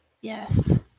Yes